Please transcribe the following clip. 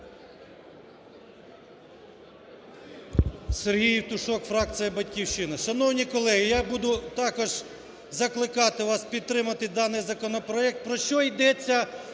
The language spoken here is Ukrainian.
Сергій Євтушок, фракція "Батьківщина". Шановні колеги, я буду також закликати вас підтримати даний законопроект.